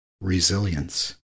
resilience